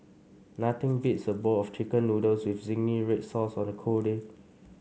nothing beats a bowl of chicken noodles with zingy red sauce on a cold day